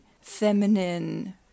feminine